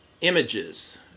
images